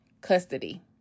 custody